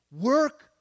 work